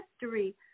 history